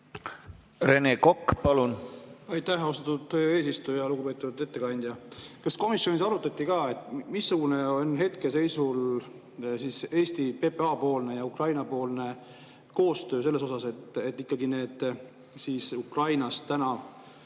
Rene Kokk, palun!